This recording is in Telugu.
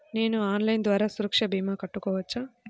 నేను ఆన్లైన్ ద్వారా సురక్ష భీమా కట్టుకోవచ్చా?